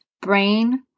brain